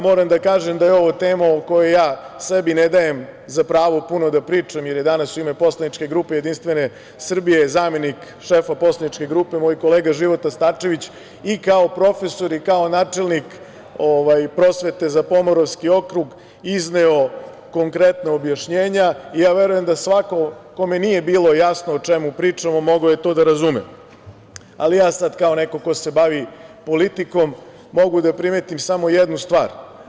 Moram da kažem da je ovo tema u kojoj ja sebi ne dajem za pravo puno da pričam, jer je danas u ime poslaničke grupe JS zamenik šefa poslaničke grupe moj kolega Života Starčević i kao profesor i kao načelnik prosvete za Pomoravski okrug izneo konkretna objašnjenja i verujem da svako kome nije bilo jasno o čemu pričamo, mogao je to da razume, ali ja sada kao neko ko se bavi politikom mogu da primetim samo jednu stvar.